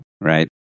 right